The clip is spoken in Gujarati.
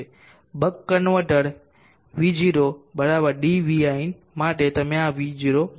બક કન્વર્ટર v0 dvin માટે તમે આ v0 જોશો